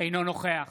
אינו נוכח